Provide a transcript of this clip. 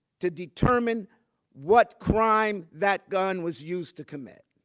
to determine what crime that gun was used to commit.